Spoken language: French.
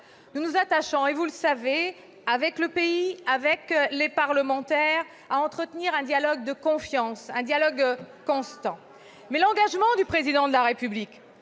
Nous nous attachons, et vous le savez, avec le Pays, avec les parlementaires, à entretenir un dialogue de confiance, un dialogue constant. Blablabla ... Mais l'engagement du Président de la République